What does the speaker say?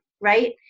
Right